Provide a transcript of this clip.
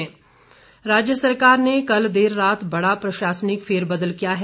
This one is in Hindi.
नियक्ति राज्य सरकार ने कल देर रात बड़ा प्रशासनिक फेरबदल किया है